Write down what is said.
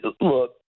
Look